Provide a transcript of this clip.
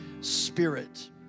Spirit